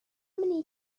many